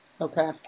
Okay